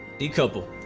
the couple